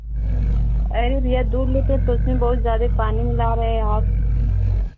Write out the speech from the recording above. अरे भैया दूध लेते हैं तो उसमें बहुत ज़्यादे पानी मिला रहे आप